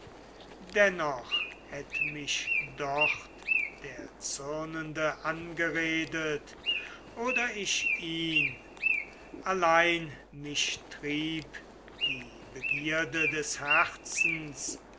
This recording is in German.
dennoch hätte mich dort der zürnende angeredet oder ich ihn allein mich trieb die begierde des herzens